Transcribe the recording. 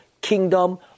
kingdom